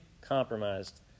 compromised